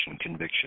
conviction